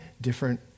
different